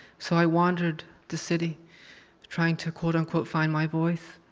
so i wandered the city trying to quote-unquote find my voice.